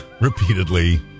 repeatedly